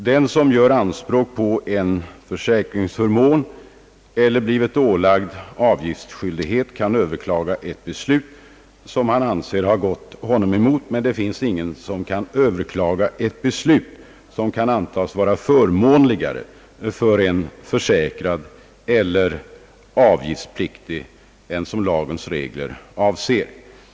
Den som gör anspråk på en försäkringsförmån eller blivit ålagd avgiftsskyldighet kan överklaga ett beslut, som han anser gått honom emot, men det finns ingen som kan överklaga ett beslut vilket kan antas vara förmånligare för en försäkrad eller avgiftspliktig än vad lagens regler anser.